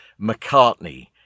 McCartney